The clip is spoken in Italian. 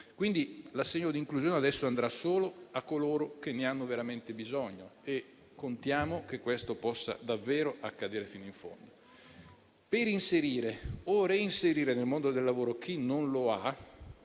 Quindi, l'assegno di inclusione adesso andrà solo a coloro che ne hanno veramente bisogno e contiamo che questo possa davvero accadere fino in fondo. Per inserire o reinserire nel mondo del lavoro chi non lo ha,